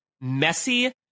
messy